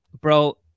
Bro